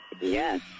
yes